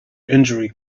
injury